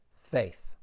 faith